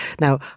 Now